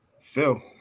Phil